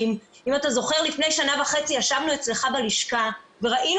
ואם אתה זוכר לפני שנה וחצי ישבנו אצלך בלשכה וראינו